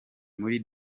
muri